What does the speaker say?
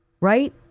right